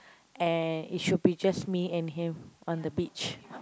and it should be just me and him on the beach